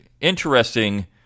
interesting